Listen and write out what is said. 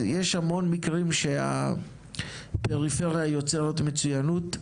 יש המון מקרים בהם הפריפריה יוצרת מצוינות,